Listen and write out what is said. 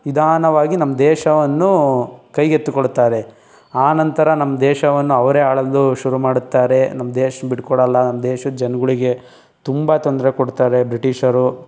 ನಿಧಾನವಾಗಿ ನಮ್ಮ ದೇಶವನ್ನು ಕೈಗೆತ್ತಿಕೊಳ್ತಾರೆ ಆ ನಂತರ ನಮ್ಮ ದೇಶವನ್ನು ಅವರೇ ಆಳಲು ಶುರು ಮಾಡುತ್ತಾರೆ ನಮ್ಮ ದೇಶ ಬಿಟ್ಕೊಡಲ್ಲ ನಮ್ಮ ದೇಶದ ಜನಗಳಿಗೆ ತುಂಬ ತೊಂದರೆ ಕೊಡ್ತಾರೆ ಬ್ರಿಟಿಷರು